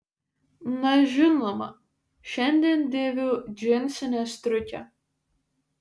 na žinoma šiandien dėviu džinsinę striukę